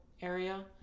area